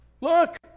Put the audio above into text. Look